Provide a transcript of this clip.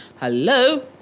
Hello